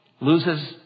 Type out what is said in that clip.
loses